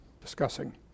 discussing